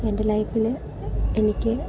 എൻ്റെ ലൈഫിലെ എനിക്ക്